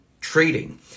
trading